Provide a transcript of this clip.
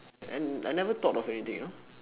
and I never thought of anything uh